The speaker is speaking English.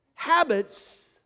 Habits